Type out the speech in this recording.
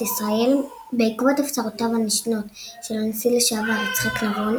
ישראל בעקבות הפצרותיו הנשנות של הנשיא לשעבר יצחק נבון,